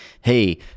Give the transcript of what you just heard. Hey